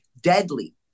deadly